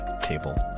Table